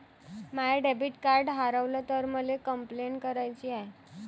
माय debit card हारवल तर मले कंपलेंट कराची हाय